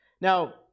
Now